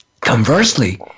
conversely